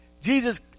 Jesus